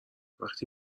وقتی